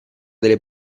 delle